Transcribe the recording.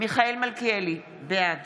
מיכאל מלכיאלי, בעד